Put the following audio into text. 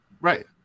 Right